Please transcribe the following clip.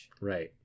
right